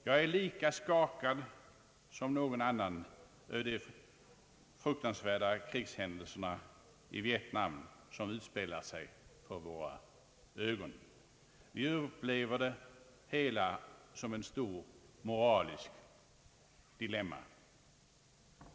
Jag är nämligen lika skakad som någon annan Över de fruktansvärda krigshändelser i Vietnam som utspelar sig inför våra ögon. Vi upplever det hela som ett stort moraliskt dilemma.